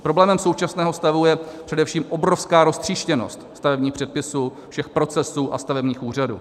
Problémem současného stavu je především obrovská roztříštěnost stavebních předpisů, všech procesů a stavebních úřadů.